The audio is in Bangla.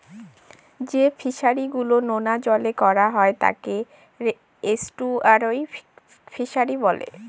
যে ফিশারি গুলো নোনা জলে করা হয় তাকে এস্টুয়ারই ফিশারি বলে